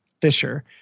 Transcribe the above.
Fisher